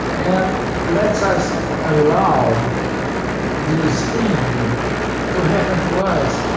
and let's us allow these things yeah to happen to us,